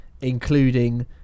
including